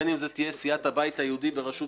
בין אם זו תהיה סיעת הבית היהודי בראשות